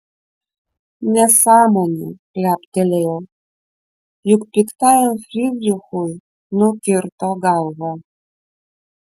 nesąmonė leptelėjau juk piktajam frydrichui nukirto galvą